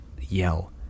yell